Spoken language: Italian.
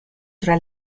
tra